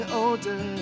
older